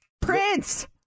Prince